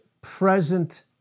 present